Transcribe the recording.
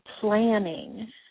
planning